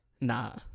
nah